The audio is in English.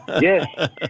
Yes